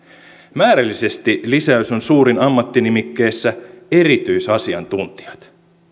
määrällisesti lisäys on suurin ammattinimikkeessä erityisasiantuntijat